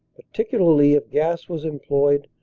particularly if gas was employed,